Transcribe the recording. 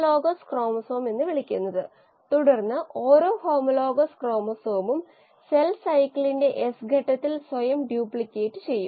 നമ്മൾ കേട്ടിരിക്കാം സ്പിരുലിന എന്ന് വിളിക്കപ്പെടുന് ആൽഗ വളർത്തി പ്രോസസ്സ് ചെയ്ത് പാക്കേജുചെയ്ത് ന്യൂട്രാസ്യൂട്ടിക്കലായി വിൽക്കുന്നു